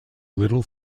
little